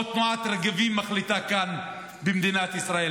או שתנועת רגבים מחליטה כאן במדינת ישראל.